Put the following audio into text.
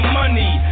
money